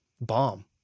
bomb